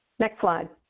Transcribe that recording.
next slide.